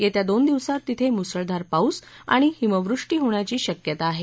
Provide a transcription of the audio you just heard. येत्या दोन दिवसात तिथे मुसळधार पाऊस आणि हिमवृष्टी होण्याची शक्यता आहे